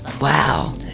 Wow